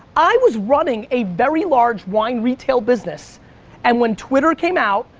i was running a very large wine retail business and when twitter came out,